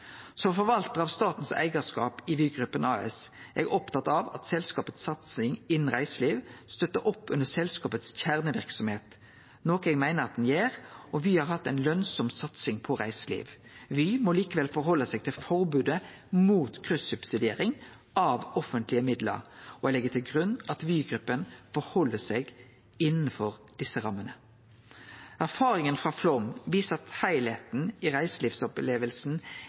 Som forvaltar av statens eigarskap i Vygruppa AS er eg opptatt av at selskapets satsing innan reiseliv støttar opp under selskapets kjerneverksemd, noko eg meiner at den gjer, og Vy har hatt ei lønsam satsing på reiseliv. Vy må likevel forhalde seg til forbodet mot kryss-subsidiering av offentlege midlar, og eg legg til grunn at Vygruppa held seg innanfor desse rammene. Erfaringa frå Flåm viser at heilskapen i